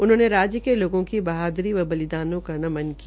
उन्होंने राज्य के लोगों की बहाद्री व बलिदानों को नमन किया